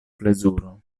plezuro